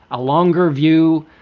a longer view.